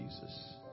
Jesus